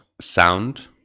sound